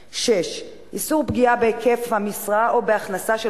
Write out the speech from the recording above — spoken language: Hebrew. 6. איסור פגיעה בהיקף המשרה או בהכנסה של